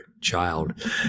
child